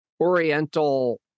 oriental